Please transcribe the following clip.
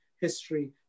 history